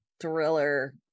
Thriller